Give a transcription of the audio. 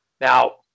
Now